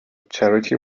charity